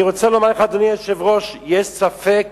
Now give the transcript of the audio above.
אני רוצה לומר לך, אדוני היושב-ראש, יש ספק